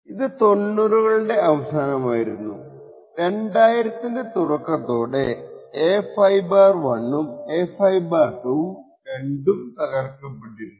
ഇത് തൊണ്ണൂറുകളുടെ അവസാനമായിരുന്നു 2000 തുടക്കത്തോടെ A51 ഉം A52 രണ്ടും തകർക്കപ്പെട്ടിരുന്നു